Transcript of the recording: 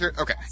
Okay